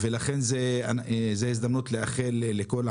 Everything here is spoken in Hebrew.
זו הזדמנות לאחל לכולם,